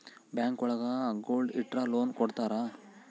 bank ಒಳಗ gold ಇಟ್ರ loan ಕೊಡ್ತಾರ